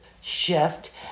shift